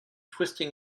twisting